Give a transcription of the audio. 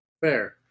Fair